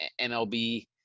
MLB